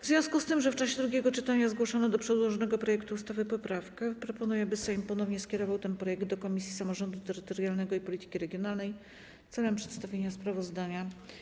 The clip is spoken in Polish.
W związku z tym, że w czasie drugiego czytania zgłoszono do przedłożonego projektu ustawy poprawkę, proponuję, by Sejm ponownie skierował ten projekt do Komisji Samorządu Terytorialnego i Polityki Regionalnej celem przedstawienia sprawozdania.